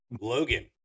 logan